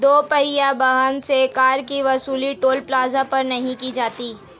दो पहिया वाहन से कर की वसूली टोल प्लाजा पर नही की जाती है